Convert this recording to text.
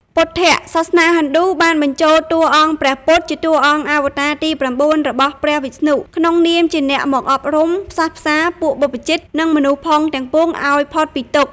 ពុទ្ធៈ សាសនាហិណ្ឌូបានបញ្ចូលតួអង្គព្រះពុទ្ធជាតួអង្គអវតារទី៩ របស់ព្រះវិស្ណុ ក្នុងនាមជាអ្នកមកអប់រំ ផ្សះផ្សារពួកបព្វជិត និងមនុស្សផងទាំងពួងឱ្យផុតពីទុក្ខ។